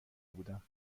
بودم